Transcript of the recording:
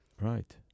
Right